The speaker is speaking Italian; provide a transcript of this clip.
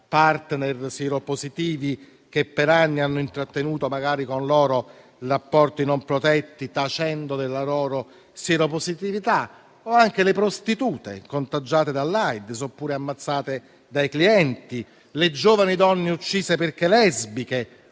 *partner* sieropositivi, che per anni hanno intrattenuto con loro rapporti non protetti, tacendo della loro sieropositività; o anche le prostitute contagiate dall'AIDS oppure ammazzate dai clienti, le giovani donne uccise perché lesbiche